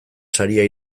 saria